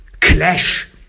clash